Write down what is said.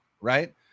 right